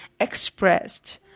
expressed